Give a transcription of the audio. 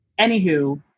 Anywho